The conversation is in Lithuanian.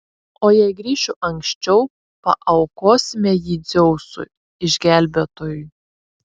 o jei grįšiu anksčiau paaukosime jį dzeusui išgelbėtojui